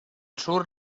sur